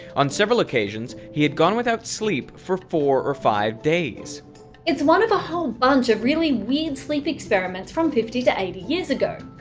on several occasions he had gone without sleep for four or five days it's one of a whole bunch of really weird sleep experiments from fifty to eighty years ago.